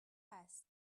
است